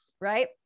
Right